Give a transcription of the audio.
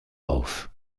auf